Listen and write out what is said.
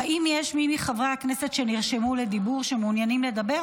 האם יש מי מחברי הכנסת שנרשמו לדיבור שמעוניינים לדבר,